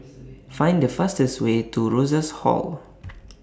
Find The fastest Way to Rosas Hall